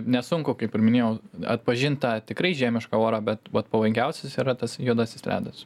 nesunku kaip ir minėjau atpažint tą tikrai žiemišką orą bet vat pavojingiausias yra tas juodasis ledas